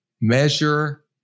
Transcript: measure